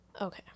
Okay